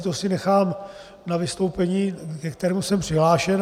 To si nechám na vystoupení, ke kterému jsem přihlášen.